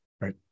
Right